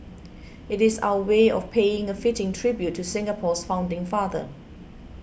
it is our way of paying a fitting tribute to Singapore's founding father